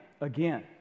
again